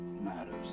matters